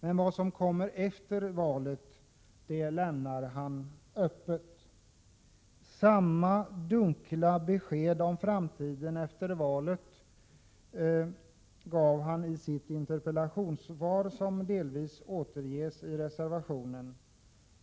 Men vad som kommer efter valet lämnade han öppet. Samma dunkla besked om framtiden efter valet gav han i sitt interpellationssvar, som delvis återges i reservationen.